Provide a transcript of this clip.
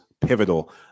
pivotal